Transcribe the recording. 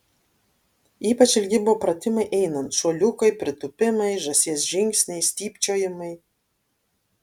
ypač ilgi buvo pratimai einant šuoliukai pritūpimai žąsies žingsniai stypčiojimai